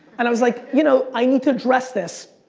and i was like, you know i need to address this.